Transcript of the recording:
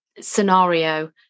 scenario